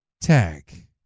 tag